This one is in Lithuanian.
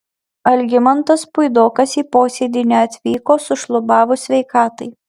algimantas puidokas į posėdį neatvyko sušlubavus sveikatai